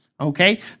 Okay